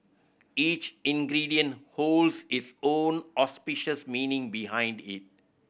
each ingredient holds its own auspicious meaning behind it